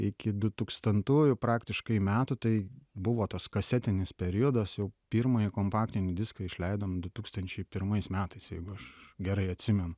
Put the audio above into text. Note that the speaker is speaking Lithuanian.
iki du tūkstantųjų praktiškai metų tai buvo tas kasetinis periodas jau pirmąjį kompaktinį diską išleidom du tūkstančiai pirmais metais jeigu aš gerai atsimenu